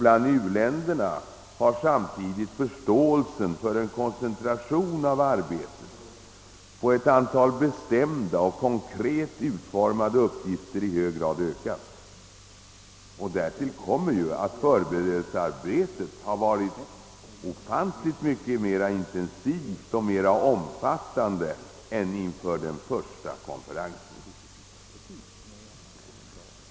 Bland u-länderna har samtidigt förståelsen för en koncentration av arbetet på ett antal bestämda och konkret utformade uppgifter i hög grad ökat. Därtill kommer att förberedelsearbetet har varit ofantligt mycket mera intensivt och omfattande än inför den första konferensen.